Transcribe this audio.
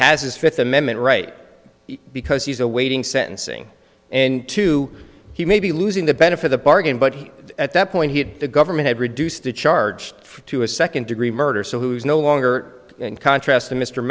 has his fifth amendment right because he's awaiting sentencing and to he may be losing the benefit the bargain but he at that point he had the government have reduced the charge to a second degree murder so who is no longer in contrast to mr